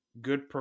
good